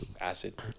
Acid